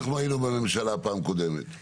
אנחנו היינו בממשלה פעם קודמת,